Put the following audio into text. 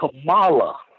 Kamala